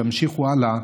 שימשיכו הלאה,